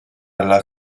alla